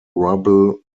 rubble